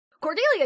Cordelia